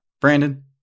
Brandon